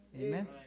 Amen